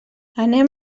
anem